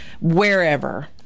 wherever